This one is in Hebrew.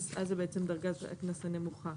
זאת בעצם דרגת הקנס הנמוכה.